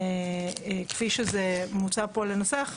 כפי שזה מוצע פה לנסח,